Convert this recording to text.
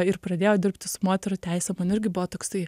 ir pradėjau dirbti su moterų teisėm man irgi buvo toksai